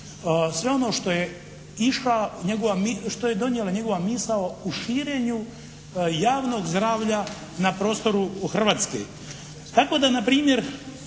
sve ono što je donijela njegova misao u širenju javnog zdravlja na prostoru Hrvatske. Tako da na primjer